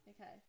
okay